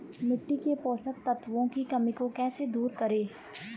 मिट्टी के पोषक तत्वों की कमी को कैसे दूर करें?